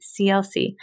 CLC